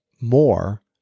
more